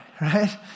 right